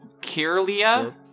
Kirlia